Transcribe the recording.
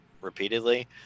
repeatedly